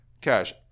Cash